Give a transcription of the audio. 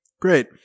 great